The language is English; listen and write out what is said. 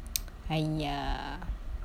!haiya!